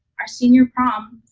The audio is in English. our senior prom,